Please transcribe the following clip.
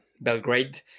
Belgrade